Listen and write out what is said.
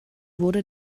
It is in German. wurde